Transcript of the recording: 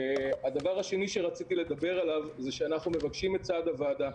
הדבר השני שרציתי לדבר עליו זה שאנחנו מבקשים את סעד הוועדה.